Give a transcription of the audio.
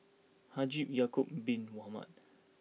Haji Ya'Acob Bin Mohamed